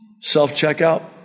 self-checkout